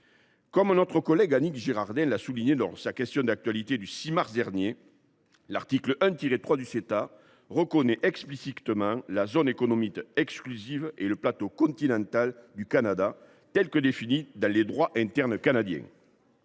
Comme notre collègue Annick Girardin l’a souligné lors de la séance de questions au Gouvernement du 6 mars dernier, l’article 1.3 du Ceta reconnaît explicitement la zone économique exclusive (ZEE) et le plateau continental du Canada, tels qu’ils sont définis dans le droit interne canadien.